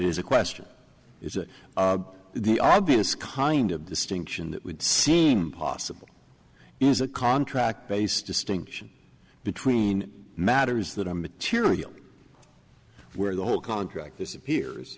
is a question is it the obvious kind of distinction that would seem possible is a contract based distinction between matters that are material where the whole contract this appears